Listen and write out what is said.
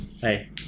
Hey